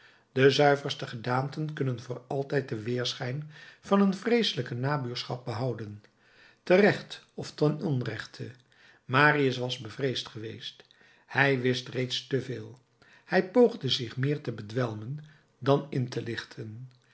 de zuiverste gedaanten kunnen voor altijd den weerschijn van een vreeselijke nabuurschap behouden terecht of ten onrechte marius was bevreesd geweest hij wist reeds te veel hij poogde zich meer te bedwelmen dan in te lichten